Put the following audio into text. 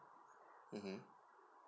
mmhmm